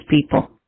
people